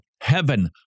heaven